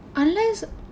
unless